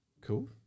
cool